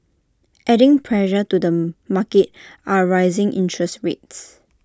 adding pressure to the market are rising interest rates